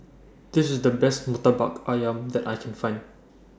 This IS The Best Murtabak Ayam that I Can Find